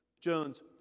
Jones